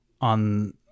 on